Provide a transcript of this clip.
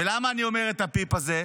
ולמה אני אומר את ה"ביפ" הזה?